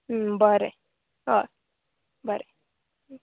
बरें हय बरें